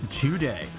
today